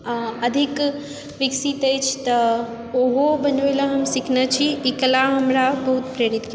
अधिक विकसित अछि तऽ ओहो बनबै लए हम सीखने छी ई कला हमरा बहुत प्रेरित कयलक